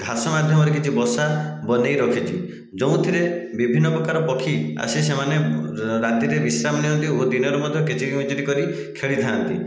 ଘାସ ମାଧ୍ୟମରେ କିଛି ବସା ବନାଇ ରଖିଛି ଯେଉଁଥିରେ ବିଭିନ୍ନ ପ୍ରକାର ପକ୍ଷୀ ଆସି ସେମାନେ ରାତିରେ ବିଶ୍ରାମ ନିଅନ୍ତି ଓ ଦିନରେ ମଧ୍ୟ କିଚିରି ମିଚିରି କରି ଖେଳିଥାନ୍ତି